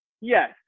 yes